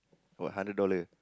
what hundred dollar